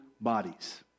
bodies